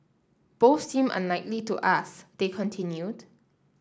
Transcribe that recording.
both seem unlikely to us they continued